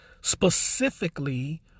specifically